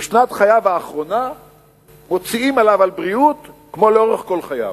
בשנת חייו האחרונה מוציאים עליו על בריאות כמו לאורך כל חייו.